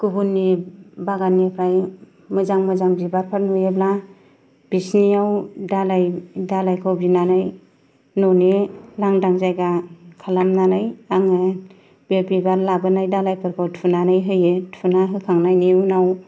गुबुननि बागाननिफ्राय मोजां मोजां बिबारफोर नुयोब्ला बिसोरनियाव दालाय दालायखौ बिनानै न'नि लांदां जायगा खालामनानै आङो बे बिबार लाबोनाय दालायफोरखौ थुनानै होयो थुना होखांनायनि उनाव